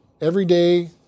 everyday